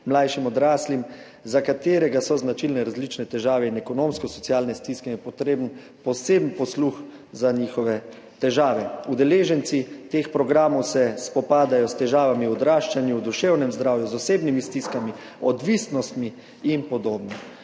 mlajšim odraslim, za katere so značilne različne težave in ekonomsko-socialne stiske in je potreben poseben posluh za njihove težave. Udeleženci teh programov se spopadajo s težavami v odraščanju, v duševnem zdravju, z osebnimi stiskami, odvisnostmi in podobno.